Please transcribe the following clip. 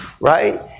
Right